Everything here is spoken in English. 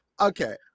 Okay